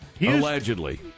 allegedly